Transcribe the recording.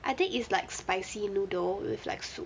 I think is like spicy noodle with like soup